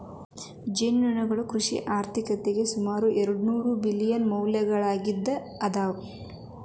ಜೇನುನೊಣಗಳು ಕೃಷಿ ಆರ್ಥಿಕತೆಗೆ ಸುಮಾರು ಎರ್ಡುನೂರು ಮಿಲಿಯನ್ ಮೌಲ್ಯದ್ದಾಗಿ ಅದ